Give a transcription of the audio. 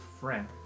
friend